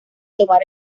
tomar